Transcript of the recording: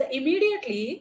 immediately